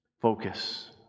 Focus